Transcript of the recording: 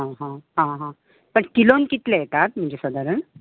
आं हां आं हां बट किलोन कितले येतात तुमचे सादारण